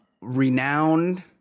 renowned